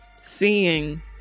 seeing